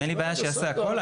אין לי בעיה שיעשה הכל.